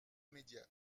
médiane